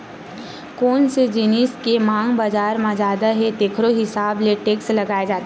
कोन से जिनिस के मांग बजार म जादा हे तेखरो हिसाब ले टेक्स लगाए जाथे